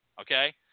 okay